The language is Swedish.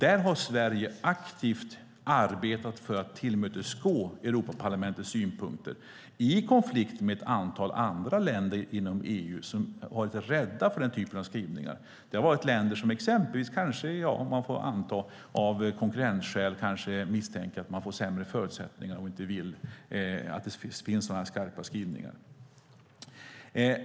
Här har Sverige aktivt arbetat för att tillmötesgå Europaparlamentets synpunkter i konflikt med ett antal andra länder inom EU som har varit rädda för denna typ av skrivningar. Det har till exempel varit länder som misstänkt att de ska få sämre förutsättningar konkurrensmässigt och därför inte vill att det ska finnas några skarpa skrivningar.